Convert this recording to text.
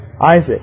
Isaac